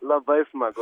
labai smagu